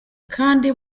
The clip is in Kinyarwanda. kandi